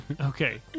Okay